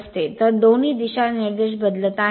तर दोन्ही दिशानिर्देश बदलत आहेत